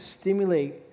stimulate